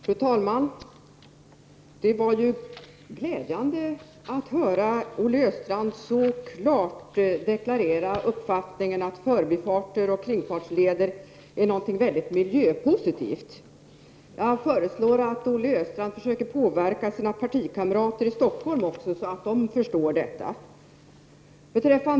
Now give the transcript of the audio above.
Fru talman! Det var glädjande att höra Olle Östrand så klart deklarera uppfattningen att förbifarter och kringfartsleder är något mycket miljöpositivt. Jag föreslår att Olle Östrand försöker påverka sina partikamrater i Stockholm också, så att de förstår detta.